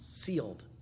sealed